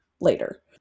later